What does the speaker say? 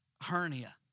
hernia